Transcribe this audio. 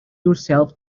yourself